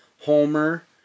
homer